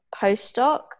postdoc